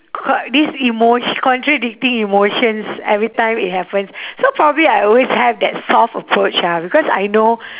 qui~ this emotio~ contradicting emotions every time it happens so probably I always have that soft approach ah because I know